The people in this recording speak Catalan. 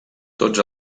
tots